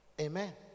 Amen